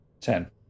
Ten